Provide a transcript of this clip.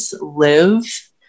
live